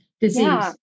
disease